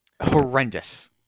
horrendous